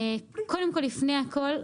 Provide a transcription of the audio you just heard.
לפני הכול,